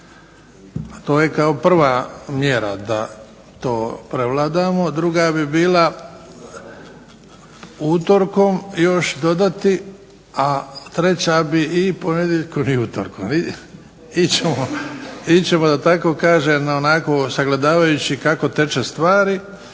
to je kao prva mjera da to prevladamo. Druga bi bila utorkom još dodati, a treća bi i ponedjeljkom i utorkom. Ići ćemo da tako kažem, onako sagledavajući kako teče stvari